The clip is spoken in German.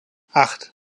acht